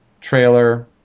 trailer